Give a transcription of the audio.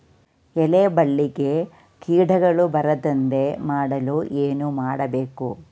ಎಲೆ ಬಳ್ಳಿಗೆ ಕೀಟಗಳು ಬರದಂತೆ ಮಾಡಲು ಏನು ಮಾಡಬೇಕು?